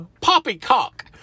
poppycock